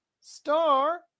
star